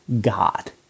God